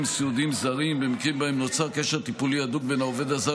סיעוד זרים במקרים שבהם נוצר קשר טיפולי הדוק בין העובד הזר